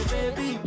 Baby